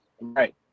right